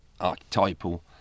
archetypal